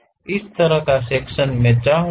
इस तरह का सेक्शन मैं चाहूंगा